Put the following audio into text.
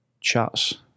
chats